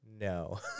no